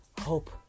hope